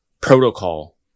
protocol